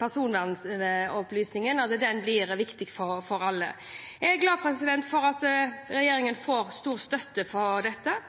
personopplysninger. Det blir viktig for alle. Jeg er glad for at regjeringen får stor støtte for dette,